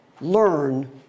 learn